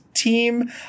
team